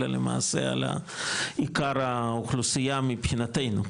אלא למעשה על עיקר האוכלוסייה מבחינתנו,